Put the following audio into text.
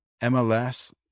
MLS